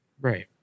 Right